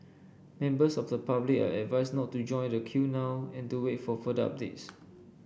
members of the public are advised not to join the queue now and to wait for further updates